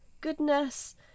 goodness